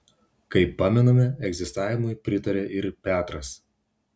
kaip pamename egzistavimui pritarė ir petras